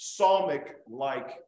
psalmic-like